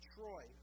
Troy